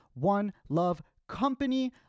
OneLoveCompany